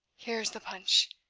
here's the punch!